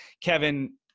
Kevin